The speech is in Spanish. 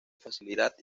facilidad